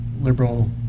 liberal